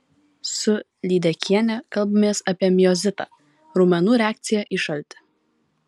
su lydekiene kalbamės apie miozitą raumenų reakciją į šaltį